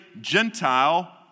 Gentile